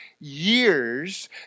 years